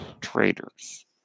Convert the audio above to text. traitors